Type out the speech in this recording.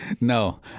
No